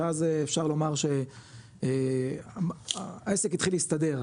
שאז אפשר לומר שהעסק התחיל להסתדר,